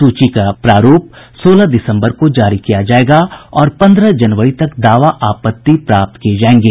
सूची का प्रारूप सोलह दिसम्बर को जारी किया जायेगा और पन्द्रह जनवरी तक दावा आपत्ति प्राप्त किये जायेंगे